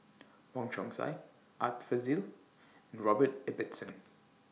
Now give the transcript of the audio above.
Wong Chong Sai Art Fazil and Robert Ibbetson